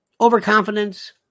overconfidence